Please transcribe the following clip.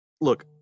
look